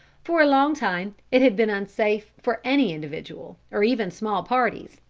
for a long time it had been unsafe for any individual, or even small parties,